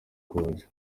konji